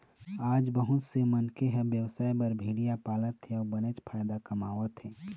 आज बहुत से मनखे ह बेवसाय बर भेड़िया पालत हे अउ बनेच फायदा कमावत हे